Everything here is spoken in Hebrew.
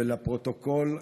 לפרוטוקול,